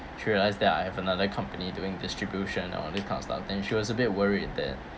she realise that I have another company doing distribution all that kind of stuff then she was a bit worried that